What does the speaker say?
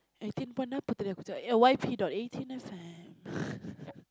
eighteen point Y_P dot eighteen F M